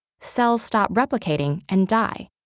cells stop replicating and die,